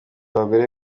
abagore